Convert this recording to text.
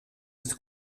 het